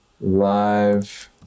live